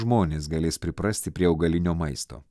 žmonės galės priprasti prie augalinio maisto